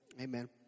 Amen